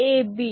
B' A'